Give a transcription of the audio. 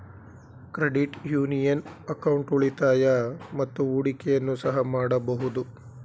credit union account ಉಳಿತಾಯ ಮತ್ತು ಹೂಡಿಕೆಯನ್ನು ಸಹ ಮಾಡಬಹುದು